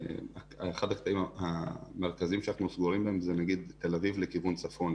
אחד הקטעים המרכזיים שאנחנו סגורים בהם זה נגיד תל אביב לכיוון צפון,